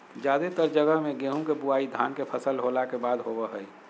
जादेतर जगह मे गेहूं के बुआई धान के फसल होला के बाद होवो हय